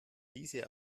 diese